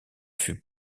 fut